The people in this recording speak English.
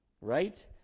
Right